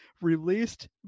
released